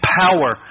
power